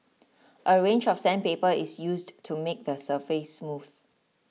a range of sandpaper is used to make the surface smooth